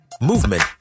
movement